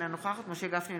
אינה נוכחת משה גפני,